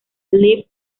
live